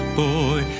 boy